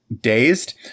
dazed –